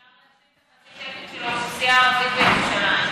אפשר להשלים את חצי התקן של האוכלוסייה הערבית בירושלים,